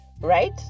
right